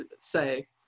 say